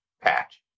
patch